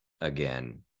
again